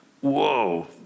Whoa